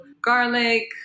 garlic